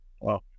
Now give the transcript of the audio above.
Wow